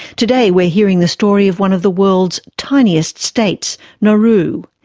today we're hearing the story of one of the world's tiniest states, nauru.